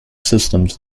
systems